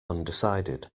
undecided